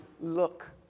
look